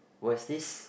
was this